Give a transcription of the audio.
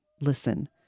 listen